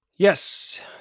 Yes